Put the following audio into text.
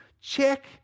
check